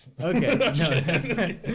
Okay